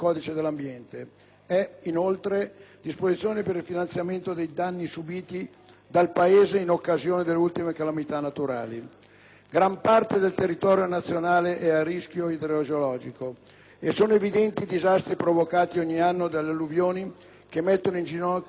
esso è disposizione per il finanziamento dei danni subiti dal Paese in occasione delle ultime calamità naturali. Gran parte del territorio nazionale è a rischio idrogeologico e sono evidenti i disastri provocati ogni anno dalle alluvioni che mettono in ginocchio le valli del Nord,